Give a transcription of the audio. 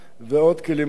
ועוד כלים אחרים.